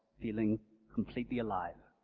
feeling completely alive.